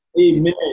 Amen